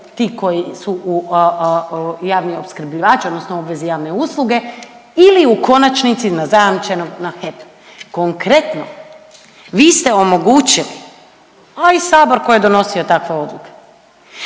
ti koji su javni opskrbljivači odnosno u obvezi javne usluge, ili u konačnici na zajamčenog na HEP. Konkretno, vi ste omogućili, a i Sabor koji je donosio takve odluke,